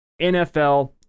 NFL